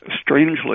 strangely